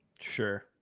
Sure